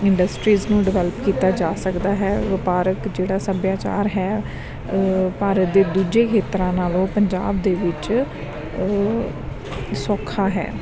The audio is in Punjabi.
ਇੰਡਸਟਰੀਜ਼ ਨੂੰ ਡਿਵੈਲਪ ਕੀਤਾ ਜਾ ਸਕਦਾ ਹੈ ਵਪਾਰਕ ਜਿਹੜਾ ਸੱਭਿਆਚਾਰ ਹੈ ਭਾਰਤ ਦੇ ਦੂਜੇ ਖੇਤਰਾਂ ਨਾਲੋਂ ਪੰਜਾਬ ਦੇ ਵਿੱਚ ਉਹ ਸੌਖਾ ਹੈ